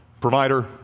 Provider